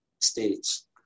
States